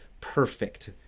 perfect